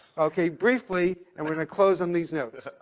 ok briefly, and we're going to close on these notes.